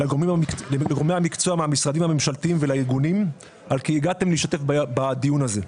לגורמי המקצוע מהמשרדים הממשלתיים והארגונים על הדיון הזה.